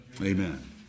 Amen